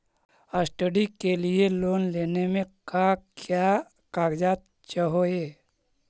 Study के लिये loan लेने मे का क्या कागजात चहोये?